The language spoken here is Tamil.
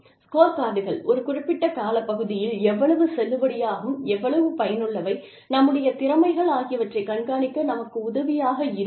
ஸ்கோர்கார்ட்கள் ஒரு குறிப்பிட்ட காலப்பகுதியில் எவ்வளவு செல்லுபடியாகும் எவ்வளவு பயனுள்ளவை நம்முடைய திறமைகள் ஆகியவற்றை கண்காணிக்க நமக்கு உதவியாக இருக்கும்